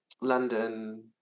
London